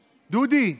דודי,